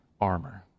armor